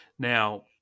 Now